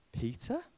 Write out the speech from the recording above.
Peter